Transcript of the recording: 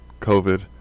COVID